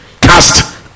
cast